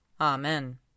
Amen